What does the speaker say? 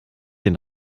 den